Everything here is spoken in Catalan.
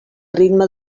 ritme